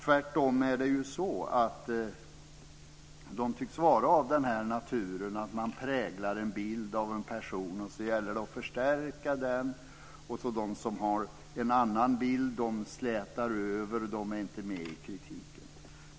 Tvärtom är det så att de tycks vara av den naturen att man präglar en bild av en person, sedan gäller det att förstärka den, och de som har en annan bild slätar över den, de är inte med i kritiken.